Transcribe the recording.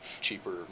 cheaper